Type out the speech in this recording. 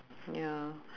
ya